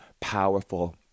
powerful